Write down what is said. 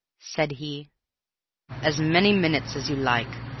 said he as many minutes as you like.